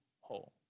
whole